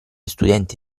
studenti